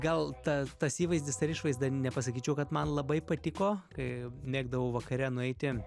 gal ta tas įvaizdis ir išvaizda nepasakyčiau kad man labai patiko kai mėgdavau vakare nueiti